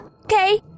Okay